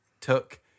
took